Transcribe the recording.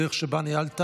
הדרך שבה ניהלת